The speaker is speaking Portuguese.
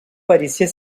parecia